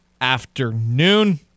afternoon